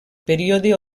període